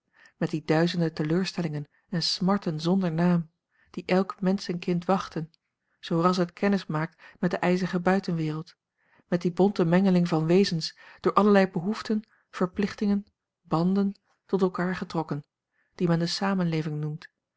met die duizende teleurstellingen en smarten zonder naam die elk menschenkind wachten zoo ras het kennis maakt met de ijzige buitenwereld met die bonte mengeling van wezens door allerlei behoeften verplichtingen banden tot elkaar getrokken die men de samenleving noemt